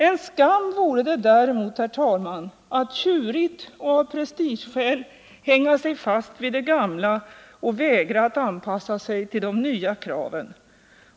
En skam vore det däremot, herr talman, att tjurigt och av prestigeskäl hänga sig fast vid det gamla och vägra att anpassa sig till de nya kraven.